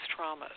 traumas